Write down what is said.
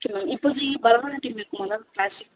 okay ma'am இப்போதி பரதநாட்டியம் இருக்குமா ma'am classic